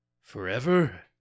forever